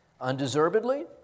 undeservedly